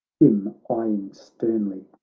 him eyeing sternly,